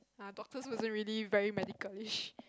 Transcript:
err doctor wasn't really very medicalish